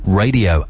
radio